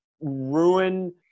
ruin